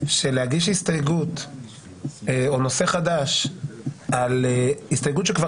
שלהגיש הסתייגות או נושא חדש על הסתייגות שכבר